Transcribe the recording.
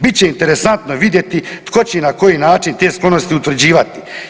Bit će interesantno vidjeti tko će i na koji način te sklonosti utvrđivati.